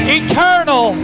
eternal